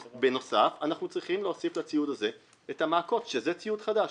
בנוסף אנחנו צריכים להוסיף לציוד הזה את המעקות שזה ציוד חדש.